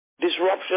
Disruption